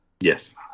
Yes